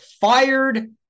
fired